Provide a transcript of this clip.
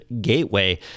Gateway